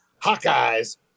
Hawkeyes